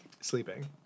Sleeping